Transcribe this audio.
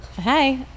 Hey